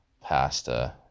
Pasta